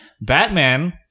Batman